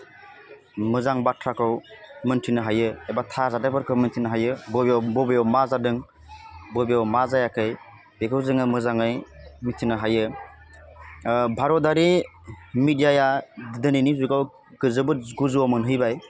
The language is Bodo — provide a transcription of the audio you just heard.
मोजां बाथ्राखौ मोनथिनो हायो एबा थार जाथायफोरखौ मोनथिनो हायो बबेयाव बबेयाव मा जादों बबेयाव मा जायाखै बेखौ जोङो मोजाङै मिथिनो हायो भारतारि मिदियाया दिनैनि जुगाव जोबोद गोजौवाव मोनहैबाय